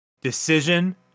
decision